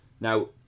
Now